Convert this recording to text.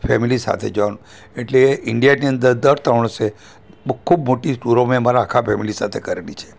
family સાથે જવાનું એટલે ઈન્ડિયાની અંદર દર ત્રણ વરસે બહુ ખૂબ મોટી ટુરો મેં અમારા આખા ફેમિલી સાથે કરેલી છે